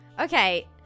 Okay